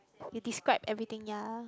you describe everything ya